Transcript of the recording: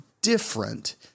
different